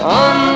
on